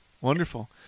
wonderful